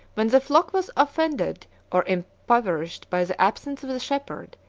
when the flock was offended or impoverished by the absence of the shepherd,